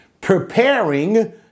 preparing